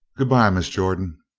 good-bye, miss jordan.